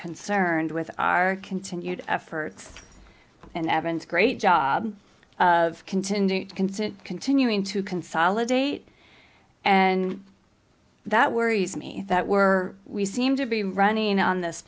concerned with our continued efforts and evan's great job continued consent continuing to consolidate and that worries me that were we seem to be running on this